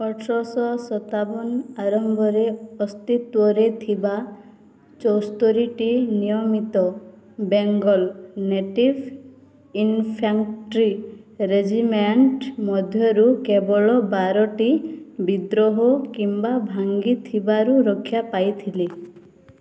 ଅଠରଶହ ସତାବନ ଆରମ୍ଭରେ ଅସ୍ତିତ୍ୱରେ ଥିବା ଚଉସ୍ତୋରିଟି ନିୟମିତ ବେଙ୍ଗଲ ନେଟିଭ୍ ଇନଫ୍ୟାଣ୍ଟ୍ରି ରେଜିମେଣ୍ଟ ମଧ୍ୟରୁ କେବଳ ବାରଟି ବିଦ୍ରୋହ କିମ୍ବା ଭାଙ୍ଗିବାରୁ ରକ୍ଷା ପାଇଥିଲେ